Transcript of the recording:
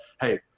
hey